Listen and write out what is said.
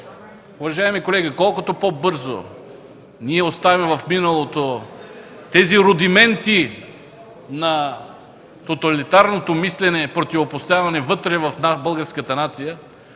уважаеми колеги, колкото по-бързо ние оставим в миналото тези рудименти на тоталитарното мислене и противопоставяне вътре в българската нация,